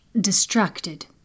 distracted